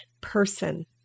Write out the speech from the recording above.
person